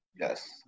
Yes